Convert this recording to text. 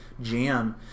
jam